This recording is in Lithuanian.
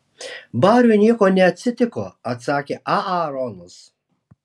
bariui nieko neatsitiko atsakė aaronas